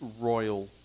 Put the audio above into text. royal